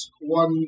one